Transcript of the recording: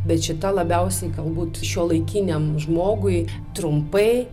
bet šita labiausiai galbūt šiuolaikiniam žmogui trumpai